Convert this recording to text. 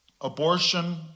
abortion